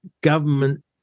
government